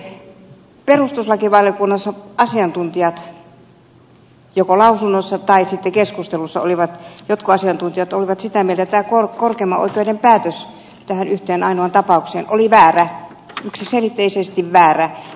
perutuslakivaliokunnassa jotkut asiantuntijat joko lausunnossa tai keskustelussa olivat sitä mieltä että korkeimman oikeu den päätös tähän yhteen ainoaan tapaukseen oli väärä yksiselitteisesti väärä